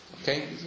Okay